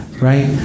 right